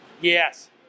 Yes